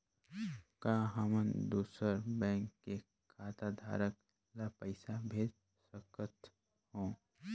का हमन दूसर बैंक के खाताधरक ल पइसा भेज सकथ हों?